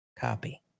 Copy